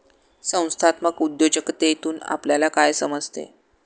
संस्थात्मक उद्योजकतेतून आपल्याला काय समजते?